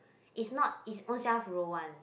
is not is ownself roll one